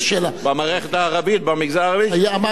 במערכת הערבית, במגזר הערבי, שילמדו את זה.